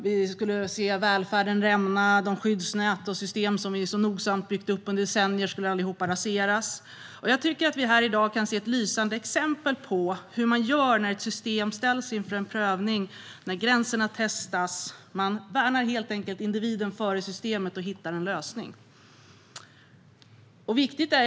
Vi skulle få se välfärden rämna; de skyddsnät och system som vi så nogsamt byggt upp under decennier skulle allihop raseras. Jag tycker att vi här i dag kan se ett lysande exempel på hur man gör när ett system ställs inför en prövning och när gränserna testas: Man värnar helt enkelt individen före systemet och hittar en lösning.